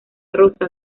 rosa